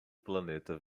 planeta